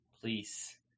Please